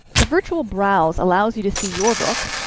the virtual browse. allows you to see your book,